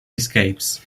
escapes